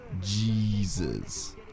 Jesus